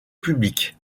publique